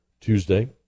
Tuesday